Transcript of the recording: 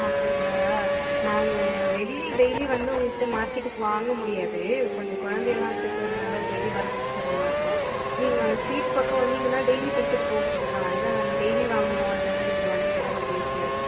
அப்படிங்ளா நான் வெளியில டெய்லி வந்து உங்கக்கிட்ட மார்க்கெட்டுக்கு வாங்க முடியாது கொஞ்சம் குழந்தையெல்லாம் வச்சிருக்குறதுனால டெய்லி வரத்துக்கு சிரமமா இருக்கும் நீங்கள் ஸ்ட்ரீட்டு பக்கம் வந்திங்கன்னா டெய்லி கொடுத்துட்டு போகமுடியுமா ஏன்னா நாங்கள் டெய்லி வாங்குவோம் அதனால் நீங்கள் வந்திங்கன்னா கொஞ்சம் ஈஸியாக இருக்கும்